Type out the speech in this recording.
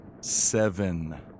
Seven